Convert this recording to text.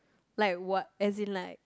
like what as in like